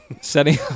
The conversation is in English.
Setting